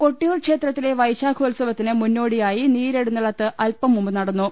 കൊട്ടിയൂർ ക്ഷേത്രത്തില്പ് ക്വെശാഖോത്സവത്തിന് മുന്നോ ടിയായി നീരെഴുന്നള്ളത്ത് അൽപ്പം മുൻപ് നടന്നു